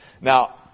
Now